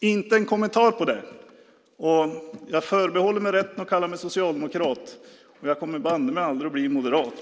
Inte en kommentar till det! Jag förbehåller mig rätten att kalla mig socialdemokrat, och jag kommer banne mig aldrig att bli moderat!